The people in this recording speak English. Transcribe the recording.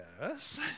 Yes